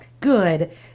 Good